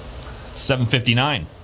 7.59